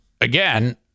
again